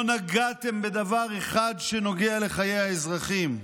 לא נגעתם בדבר אחד שנוגע לחיי האזרחים.